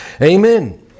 Amen